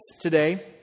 today